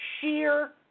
Sheer